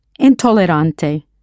Intolerante